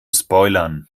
spoilern